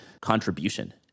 contribution